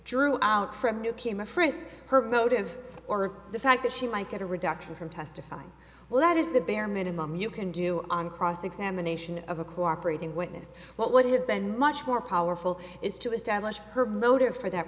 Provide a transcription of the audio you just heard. drew out from yuki i'm afraid her motive or the fact that she might get a reduction from testifying well that is the bare minimum you can do on cross examination of a cooperating witness what would have been much more powerful is to establish her motive for that